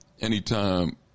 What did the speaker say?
anytime